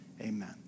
Amen